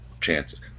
chances